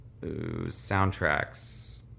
Soundtracks